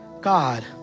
God